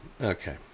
Okay